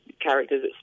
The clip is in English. characters